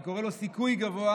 אני קורא לו סיכוי גבוה,